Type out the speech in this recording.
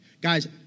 Guys